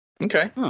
Okay